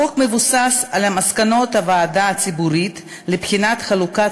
החוק מבוסס על מסקנות הוועדה הציבורית לבחינת חלוקת